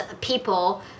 people